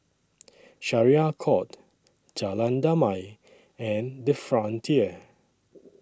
Syariah Court Jalan Damai and The Frontier